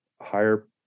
higher